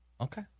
Okay